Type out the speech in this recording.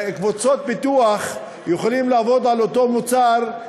קבוצות פיתוח יכולות לעבוד על אותו מוצר.